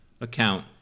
account